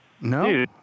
No